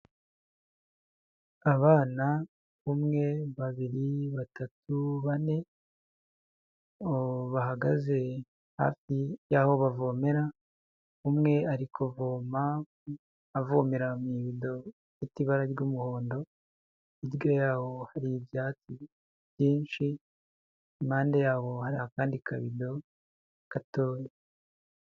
Abana umwe, babiri, batatu, bane bahagaze hafi y'aho bavomera, umwe ari kuvoma avomera mu ibido ifite ibara ry'umuhondo, hirya yaho hari ibyatsi byinshi, impande yabo hari akandi kabido gatoya.